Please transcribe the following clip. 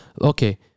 Okay